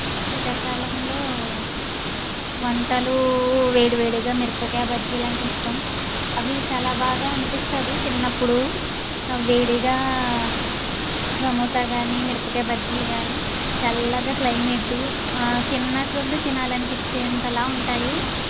శీతాకాలంలో వంటలు వేడివేడిగా మిరపకాయ బజ్జీలు అంటే ఇష్టం అవి చాలా బాగా అనిపిస్తుంది తిన్నప్పుడు వేడిగా సమోసా కానీ మిరపకాయ బజ్జీలు కానీ చల్లగా క్లయిమేట్ తిన్నాకొలది తినాలనిపించేంతలా ఉంటాయి